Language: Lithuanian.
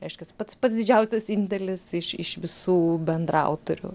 reiškiasi pats pats didžiausias indėlis iš visų bendraautorių